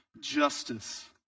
justice